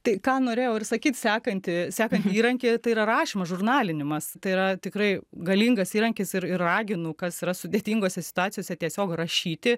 tai ką norėjau ir sakyt sekantį sekantį įrankį tai yra rašymas žurnalinimas tai yra tikrai galingas įrankis ir ir raginu kas yra sudėtingose situacijose tiesiog rašyti